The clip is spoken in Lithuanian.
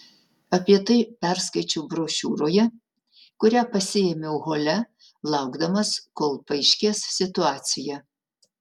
apie tai perskaičiau brošiūroje kurią pasiėmiau hole laukdamas kol paaiškės situacija